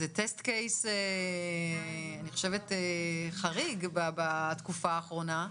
זה טסט קייס חריג בתקופה האחרונה,